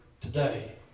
today